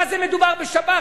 מה זה, מדובר בשב"חים?